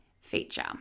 feature